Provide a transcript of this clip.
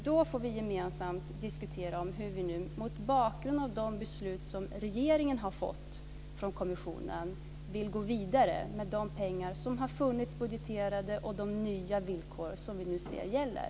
Då får vi gemensamt diskutera hur vi, mot bakgrund av de beslut som regeringen har fått från kommissionen, vill gå vidare med de pengar som har funnits budgeterade och de nya villkor som vi nu ser gäller.